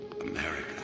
America